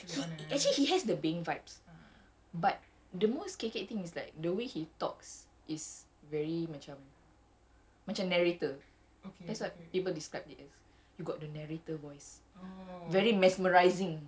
he actually he has the beng vibes but the most kekek thing is like the way he talks is very macam narrator that's what people described it as you got the narrator voice very mesmerizing